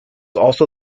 also